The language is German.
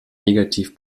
negativ